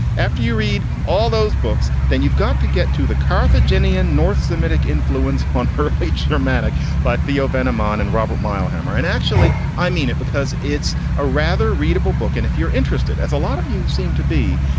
after you read all those books. then you've got to get to the carthaginian north semitic influence on her speech. dramatic by theo vanaman and robert meile hammer. and actually, i mean it because it's a rather readable book. and if you're interested, as a lot of you seem to be,